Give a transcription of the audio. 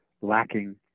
lacking